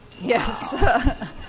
Yes